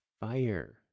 fire